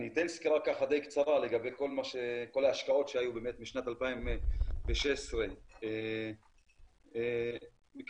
אני אתן סקירה די קצרה לגבי כל ההשקעות שהיו משנת 2016. מתוקף